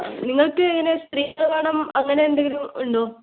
നിങ്ങൾക്ക് എങ്ങനെ സ്ത്രീകളാകണം അങ്ങനെന്തെങ്കിലും ഉണ്ടോ